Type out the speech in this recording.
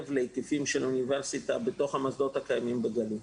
להיקפים של אוניברסיטה בתוך המוסדות הקיימים בגליל.